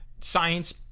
science